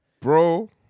Bro